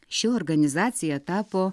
ši organizacija tapo